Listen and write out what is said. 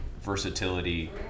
versatility